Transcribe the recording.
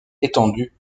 étendu